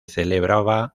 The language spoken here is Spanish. celebraba